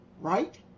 right